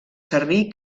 servir